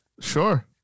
Sure